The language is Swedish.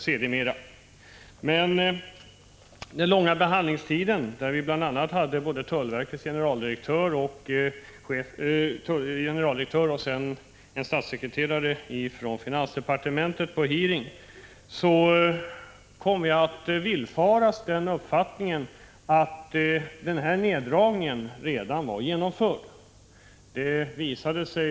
Vid behandlingen av ärendet anordnades en utfrågning, i vilken både tullverkets generaldirektör och en statssekreterare från finansdepartementet deltog. Vi kom då att sväva i den villfarelsen att neddragningen vid den här sambandscentralen redan var genomförd.